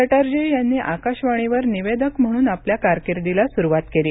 चटर्जी यांनी आकाशवाणीवर निवेदक म्हणून आपल्या कारकिर्दीला सुरुवात केली